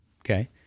Okay